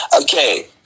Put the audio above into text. Okay